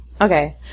Okay